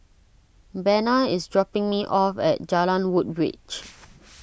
Bena is dropping me off at Jalan Woodbridge